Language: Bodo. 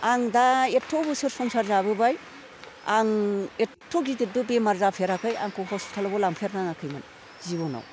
आं दा एथ' बोसोर संसार जाबोबाय आं एथ' गिदिरबो बेमार जाफेराखै आंखौ हस्पिटलावबो लांफेर नाङाखैमोन जिबनाव